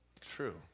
true